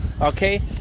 okay